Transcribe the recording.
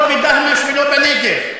לא בדהמש ולא בנגב,